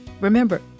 Remember